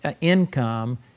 income